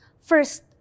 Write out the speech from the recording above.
First